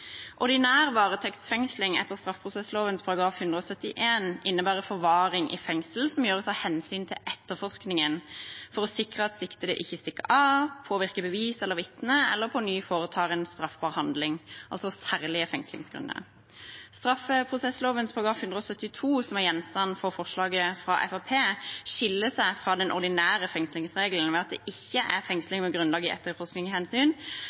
etter straffeprosessloven § 171 innebærer forvaring i fengsel som gjøres av hensyn til etterforskningen, for å sikre at siktede ikke stikker av, påvirker bevis eller vitner eller på ny foretar en straffbar handling, altså «særlige fengslingsgrunner». Straffeprosessloven § 172, som er gjenstand for forslaget fra Fremskrittspartiet, skiller seg fra den ordinære fengslingsregelen ved at det ikke er fengsling med grunnlag i etterforskningshensyn,